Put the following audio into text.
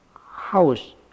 house